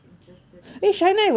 interested again